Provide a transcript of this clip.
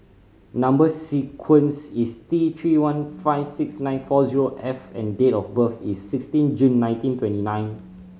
number sequence is T Three one five six nine four zero F and date of birth is sixteen June nineteen twenty nine